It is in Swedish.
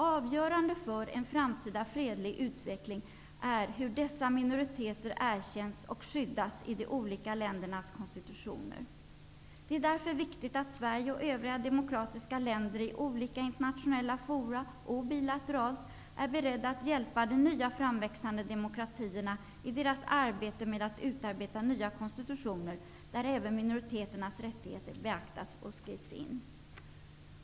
Avgörande för en framtida fredlig utveckling är hur dessa minoriteter erkänns och skyddas i de olika ländernas konstitutioner. Det är därför viktigt att Sverige och övriga demokratiska länder, i olika internationella fora och bilateralt, är beredda att hjälpa de nya framväxande demokratierna i deras arbete med att utarbeta nya konstitutioner, där även minoriteternas rättigheter beaktas och skrivs in.